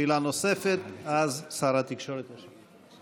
שאלה נוספת, ואז שר התקשורת ישיב.